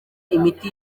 imiti